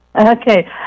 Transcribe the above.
Okay